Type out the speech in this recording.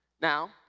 Now